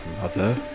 mother